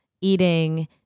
eating